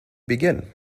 begin